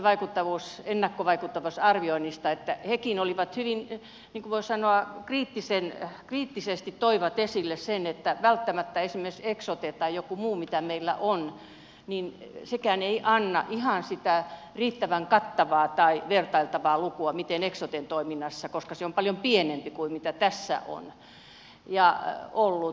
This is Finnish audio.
ymmärsin thln ennakkovaikuttavuusarvioinneista että hekin hyvin niin kuin voi sanoa kriittisesti toivat esille sen että välttämättä esimerkiksi eksote tai joku muukaan mitä meillä on ei anna ihan sitä riittävän kattavaa tai vertailtavaa lukua miten se on eksoten toiminnassa koska se on paljon pienempi kuin mitä tässä on ja on ollut